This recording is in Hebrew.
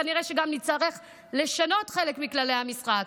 כנראה גם נצטרך לשנות חלק מכללי המשחק.